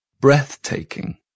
Breathtaking